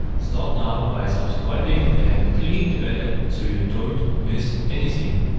start now by subscribing and clicking the bell, so you don't miss anything.